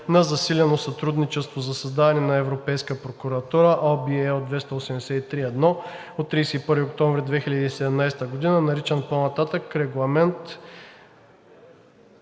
на засилено сътрудничество за създаване на Европейска прокуратура (OB, L 283/1 от 31 октомври 2017 г.), наричан по-нататък „Регламент